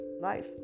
life